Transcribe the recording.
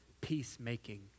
peacemaking